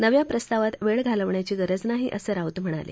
नव्या प्रस्तावात वेळ घालवण्याची गरज नाही असं राऊत म्हणाले